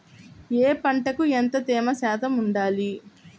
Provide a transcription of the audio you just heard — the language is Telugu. ఏ పంటకు ఎంత తేమ శాతం ఉండాలి?